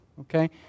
Okay